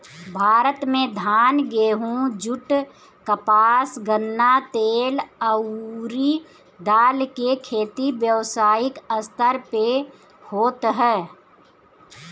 भारत में धान, गेंहू, जुट, कपास, गन्ना, तेल अउरी दाल के खेती व्यावसायिक स्तर पे होत ह